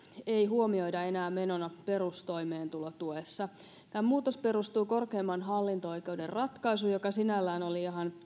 ei huomioida enää menona perustoimeentulotuessa tämä muutos perustuu korkeimman hallinto oikeuden ratkaisuun joka sinällään oli ihan